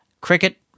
Cricket